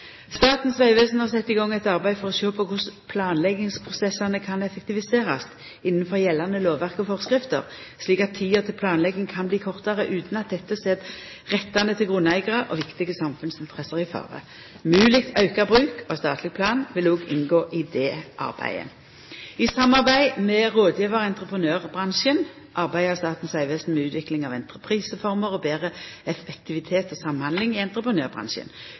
Statens vegvesen har sett i gang eit arbeid for å sjå på korleis planleggingsprosessane kan effektiviserast innanfor gjeldande lovverk og forskrifter, slik at tida til planlegging kan bli kortare utan at dette set rettane til grunneigarar og viktige samfunnsinteresser i fare. Mogleg auka bruk av statleg plan vil òg inngå i dette arbeidet. I samarbeid med rådgjevar- og entreprenørbransjen arbeider Statens vegvesen med utvikling av entrepriseformer og betre effektivitet og samhandling i entreprenørbransjen.